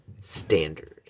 standard